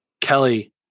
Kelly